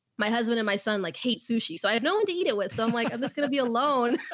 my husband and my son like hate sushi, so i have no one to eat it with. so i'm like, i'm just going to be alone.